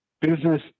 business